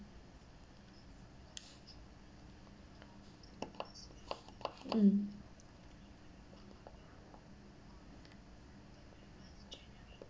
mm